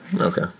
Okay